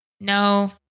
no